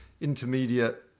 intermediate